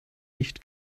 nicht